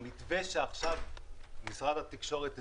המתווה שעכשיו משרד התקשורת הציג,